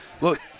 look